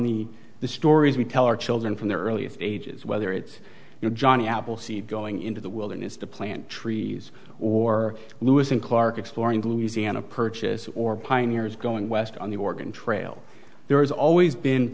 the the stories we tell our children from the earliest ages whether it's you know johnny appleseed going into the wilderness to plant trees or lewis and clark exploring the louisiana purchase or pioneers going west on the organ trail there has always been